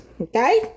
Okay